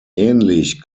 ähnlich